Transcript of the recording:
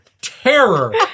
terror